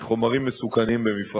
חומרים מסוכנים מאפשר